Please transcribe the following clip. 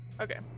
okay